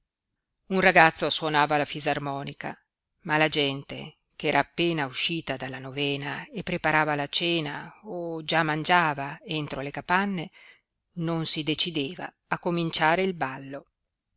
un ragazzo suonava la fisarmonica ma la gente ch'era appena uscita dalla novena e preparava la cena o già mangiava entro le capanne non si decideva a cominciare il ballo